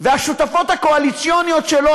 והשותפות הקואליציוניות שלו,